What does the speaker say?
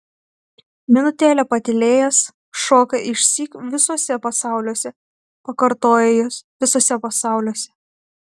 minutėlę patylėjęs šoka išsyk visuose pasauliuose pakartojo jis visuose pasauliuose